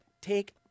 take